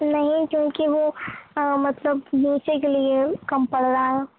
نہیں کیونکہ وہ مطلب نیچے کے لیے کم پڑ رہا ہے